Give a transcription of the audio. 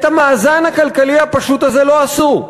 את המאזן הכלכלי הפשוט הזה לא עשו.